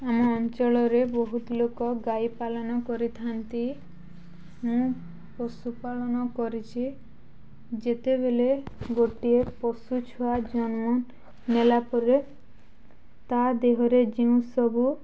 ଆମ ଅଞ୍ଚଳରେ ବହୁତ ଲୋକ ଗାଈ ପାଳନ କରିଥାନ୍ତି ମୁଁ ପଶୁପାଳନ କରିଛି ଯେତେବେଳେ ଗୋଟିଏ ପଶୁ ଛୁଆ ଜନ୍ମ ନେଲା ପରେ ତା ଦେହରେ ଯେଉଁ ସବୁ